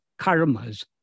karmas